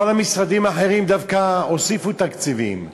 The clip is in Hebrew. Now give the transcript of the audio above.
בכל המשרדים האחרים דווקא הוסיפו תקציבים,